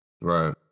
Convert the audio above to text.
Right